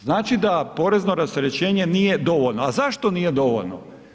Znači da porezno rasterećenje nije dovoljno a zašto nije dovoljno?